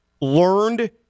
learned